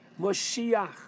Moshiach